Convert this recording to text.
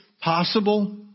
Possible